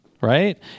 right